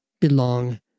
belong